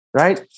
right